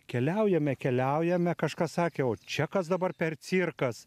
keliaujame keliaujame kažkas sakė o čia kas dabar per cirkas